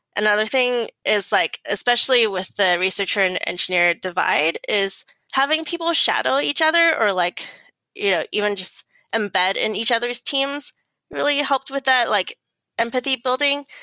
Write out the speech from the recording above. another thing is like especially with the researcher and engineer divide is having people shadow each other or like you know even just embed in each other's teams really helped with that, like empathy building.